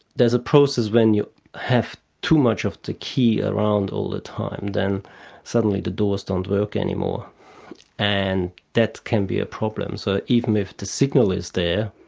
there's a process, when you have too much of the key around all the time, then suddenly the doors don't work anymore and that can be a problem. so even if the signal is there,